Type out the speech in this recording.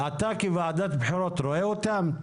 אתה כוועדת בחירות רואה אותם?